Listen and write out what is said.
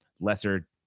lesser